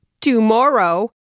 tomorrow